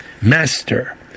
Master